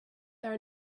there